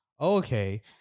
okay